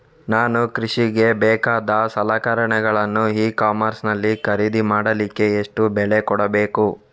ನಾನು ಕೃಷಿಗೆ ಬೇಕಾದ ಸಲಕರಣೆಗಳನ್ನು ಇ ಕಾಮರ್ಸ್ ನಲ್ಲಿ ಖರೀದಿ ಮಾಡಲಿಕ್ಕೆ ಎಷ್ಟು ಬೆಲೆ ಕೊಡಬೇಕು?